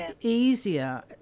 easier